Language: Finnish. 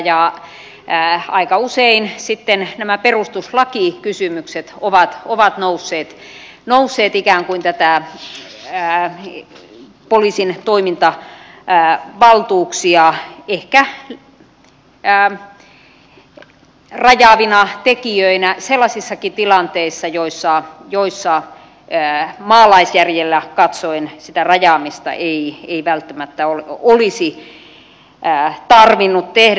ja aika usein sitten nämä perustuslakikysymykset ovat nousseet ikään kuin poliisin toimintavaltuuksia ehkä rajaavina tekijöinä sellaisissakin tilanteissa joissa maalaisjärjellä katsoen sitä rajaamista ei välttämättä olisi tarvinnut tehdä